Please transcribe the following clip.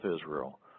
Israel